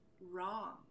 wrong